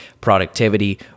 productivity